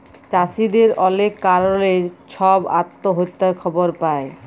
চাষীদের অলেক কারলে ছব আত্যহত্যার খবর পায়